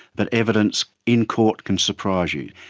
but evidence in court can surprise you.